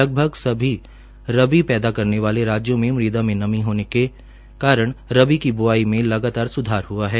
लगभग सभी रबी पैदा करने वाले राज्यों में मुदा में नमी होने से रबी की ब्आई में लगातार सुधार हआ है